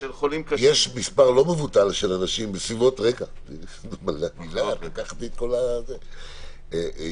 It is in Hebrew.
בגלל כלכלה חזקה אגב,